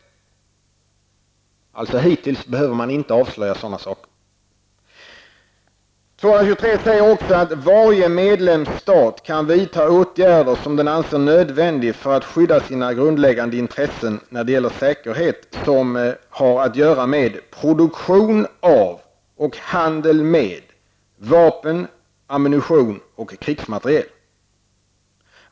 Hittills behöver man alltså inte avslöja sådana saker. I artikel 223 sägs också att varje medlemsstat kan vidta åtgärder som den anser vara nödvändiga för att skydda sina grundläggande säkerhetsintressen som har att göra med produktion av och handel med vapen, ammunition och krigsmateriel.